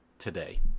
today